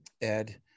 Ed